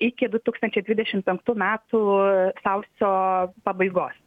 iki du tūkstančiai dvidešim penktų metų sausio pabaigos